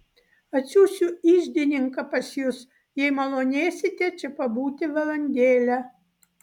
atsiųsiu iždininką pas jus jei malonėsite čia pabūti valandėlę